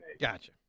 Gotcha